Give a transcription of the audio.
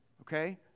okay